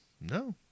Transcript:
No